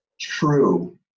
true